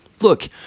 look